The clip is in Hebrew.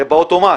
שבאוטומט.